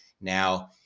Now